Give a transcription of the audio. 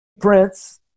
Prince